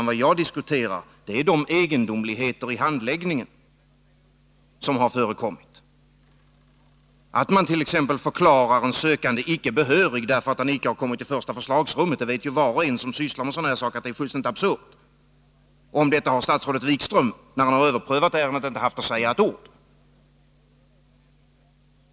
Vad jag diskuterar är de egendomligheter i handläggningen som har förekommit, t.ex. att man förklarar en sökande icke behörig därför att han inte har kommit i första förslagsrummet — det vet ju var och en som sysslar med sådana här saker att det är fullständigt absurt. Om detta har statsrådet Wikström, när han har överprövat ärendet, inte haft ett ord att säga.